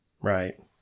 Right